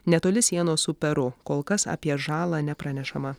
netoli sienos su peru kol kas apie žalą nepranešama